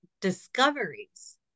discoveries